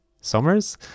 summers